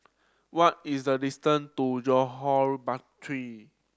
what is the distance to Johore Battery